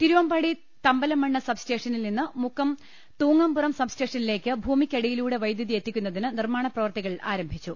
തിരുവമ്പാടി തമ്പലമണ്ണ സബ്സ്റ്റേഷനിൽ നിന്ന് മുക്കം തൂങ്ങംപുറം സബ്സ് റ്റേഷനിലേക്ക് ഭൂമിയ് ക്കടിയിലൂടെ വൈദ്യുതിയെത്തിക്കുന്നതിന് നിർമാണ പ്രവൃത്തികൾ ആരംഭിച്ചു